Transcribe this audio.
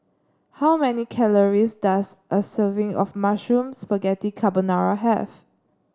how many calories does a serving of Mushroom Spaghetti Carbonara have